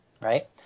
right